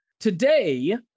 Today